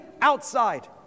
outside